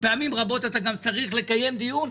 פעמים רבות אתה גם צריך לקיים דיון.